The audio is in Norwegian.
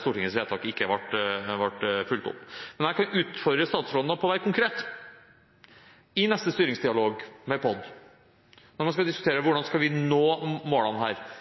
Stortingets vedtak ble fulgt opp! Men jeg kan utfordre statsråden på å være konkret: I neste styringsdialog med POD, når man skal diskutere hvordan vi skal nå målene,